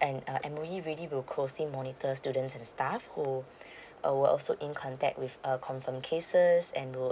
and uh M_O_E really will closely monitor students and staff who err were also in contact with err confirmed cases and will